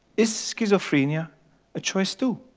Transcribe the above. is schizophrenia a choice too?